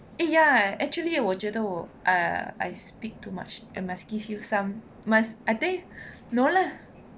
eh ya actually 我觉得我 err I speak too much I must give you some I must I think no lah